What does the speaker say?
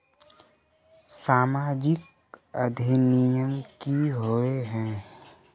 सामाजिक अधिनियम की होय है?